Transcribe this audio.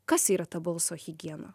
kas yra ta balso higiena